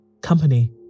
Company